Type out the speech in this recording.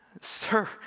sir